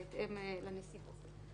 בהתאם לנסיבות.